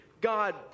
God